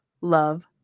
love